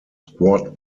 squad